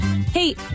Hey